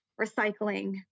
recycling